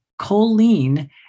Choline